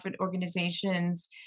organizations